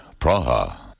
Praha